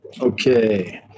Okay